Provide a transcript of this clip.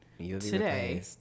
Today